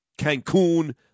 Cancun